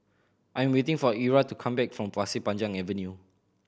I'm waiting for Era to come back from Pasir Panjang Avenue